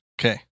Okay